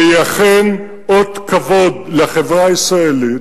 שהיא אכן אות כבוד לחברה הישראלית,